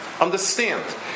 Understand